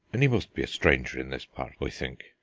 and he must be a stranger in this part, i think,